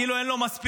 כאילו אין לו מספיק,